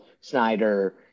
Snyder